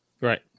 Right